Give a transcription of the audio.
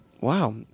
wow